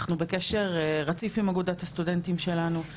אנחנו בקשר רציף עם אגודת הסטודנטים שלנו.